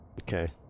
Okay